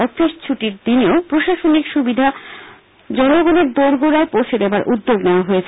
office ছুটির দিনেও প্রশাসনিক সুবিধা সুযোগ জনগণের দোরগোড়ায় পৌছে দেবার উদ্যোগ নেওয়া হয়েছে